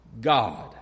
God